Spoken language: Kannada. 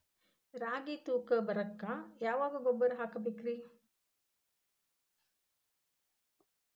ರಾಗಿ ತೂಕ ಬರಕ್ಕ ಯಾವ ಗೊಬ್ಬರ ಹಾಕಬೇಕ್ರಿ?